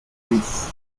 luis